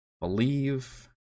Believe